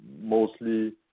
mostly